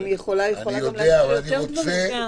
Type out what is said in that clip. היא יכולה גם לאשר יותר דברים, זה המינימום.